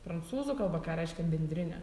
prancūzų kalba ką reiškia bendrinė